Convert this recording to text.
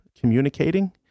communicating